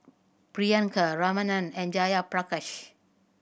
Priyanka Ramnath and Jayaprakash